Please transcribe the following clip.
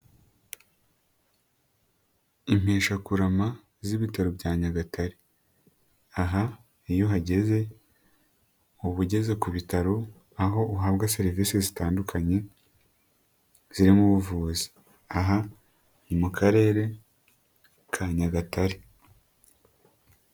Impeshakurama z'Ibitaro bya Nyagatare, aha iyo uhageze uba ugeze ku bitaro, aho uhabwa serivisi zitandukanye zirimo ubuvuzi, aha ni mu Karere ka Nyagatare.